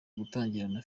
gutangirana